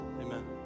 Amen